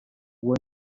uwo